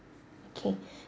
okay